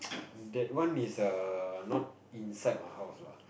that one is err not inside my house lah